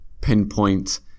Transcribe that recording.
pinpoint